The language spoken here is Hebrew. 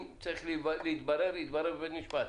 אם צריך להתברר, יתברר בבית משפט.